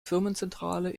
firmenzentrale